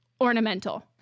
ornamental